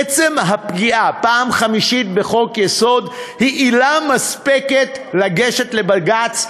עצם הפגיעה פעם חמישית בחוק-יסוד היא עילה מספקת לגשת לבג"ץ,